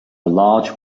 large